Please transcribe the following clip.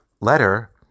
letter